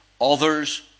others